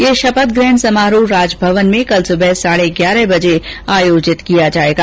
यह शपथ ग्रहण समारोह राजभवन में कल सुबह साढे ग्यारह बजे आयोजित किया जाएगा